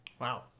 Wow